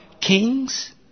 kings